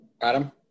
Adam